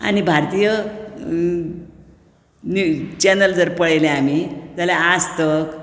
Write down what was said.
आनी भारतीय news channel जर पळयलें आमी जाल्यार आजतक